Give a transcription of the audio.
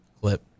clip